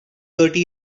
thirty